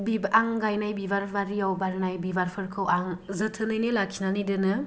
आं गायनाय बिबार बारियाव बारनाय बिबारफोरखौ आं जोथोनैनो लाखिनानै दोनो